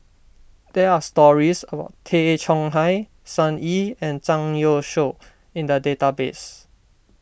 there are stories about Tay Chong Hai Sun Yee and Zhang Youshuo in the database